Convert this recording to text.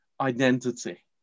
identity